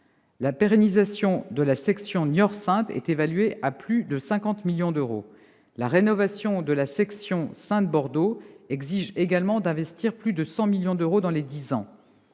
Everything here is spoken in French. la pérennisation de la section Niort-Saintes est évaluée à plus de 50 millions d'euros. La rénovation de la section Saintes-Bordeaux exige également d'investir plus de 100 millions d'euros dans les dix ans.